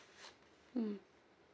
mm